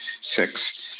six